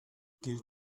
gilt